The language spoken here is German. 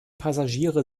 passagiere